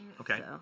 Okay